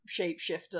shapeshifter